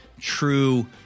true